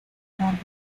árboles